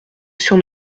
sur